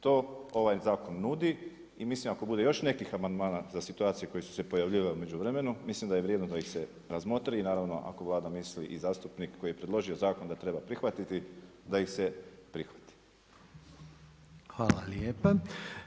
To ovaj zakon nudi i mislim ako bude još nekih amandmana za situacije koje su se pojavljivale u međuvremenu mislim da je vrijedno da ih se razmotri i naravno ako Vlada misli i zastupnik koji je predložio zakon da treba prihvatiti da ih se prihvati.